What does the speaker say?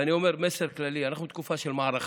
ואני אומר, מסר כללי: אנחנו בתקופה של מערכה,